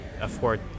afford